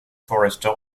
forrester